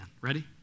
Ready